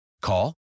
Call